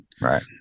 Right